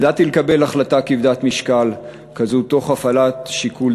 ידעתי לקבל החלטה כבדת משקל כזו תוך הפעלת שיקול